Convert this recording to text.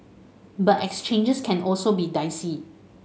but exchanges can also be dicey